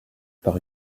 par